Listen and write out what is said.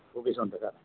ਉਹ ਵੀ